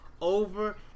Over